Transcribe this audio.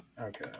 Okay